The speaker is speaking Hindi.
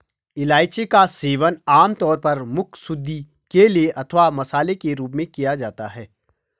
इलायची का सेवन आमतौर पर मुखशुद्धि के लिए अथवा मसाले के रूप में किया जाता है